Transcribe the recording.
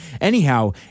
Anyhow